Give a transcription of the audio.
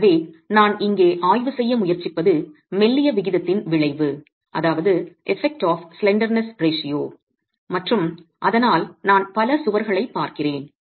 எனவே நான் இங்கே ஆய்வு செய்ய முயற்சிப்பது மெல்லிய விகிதத்தின் விளைவு மற்றும் அதனால் நான் பல சுவர்களைப் பார்க்கிறேன்